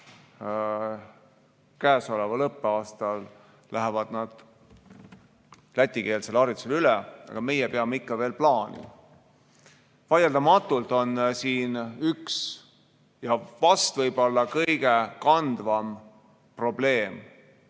käesoleval õppeaastal lähevad nad lätikeelsele haridusele üle, aga meie peame ikka veel plaani. Vaieldamatult on siin üks ja võib-olla kõige kandvam probleem